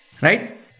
right